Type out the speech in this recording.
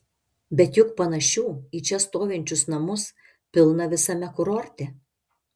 bet juk panašių į čia stovinčius namus pilna visame kurorte